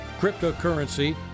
cryptocurrency